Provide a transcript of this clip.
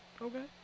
Okay